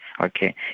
okay